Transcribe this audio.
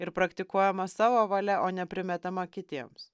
ir praktikuojama savo valia o ne primetama kitiems